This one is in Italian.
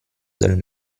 del